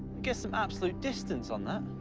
gets some absolute distance on that.